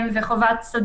תבהירי מה היא חברה